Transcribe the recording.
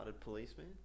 policeman